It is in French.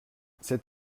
cet